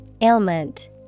Ailment